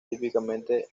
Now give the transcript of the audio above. típicamente